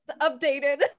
updated